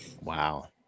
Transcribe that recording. Wow